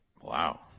Wow